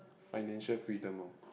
financial freedom lor